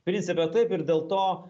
prince taip ir dėl to